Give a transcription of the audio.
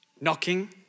knocking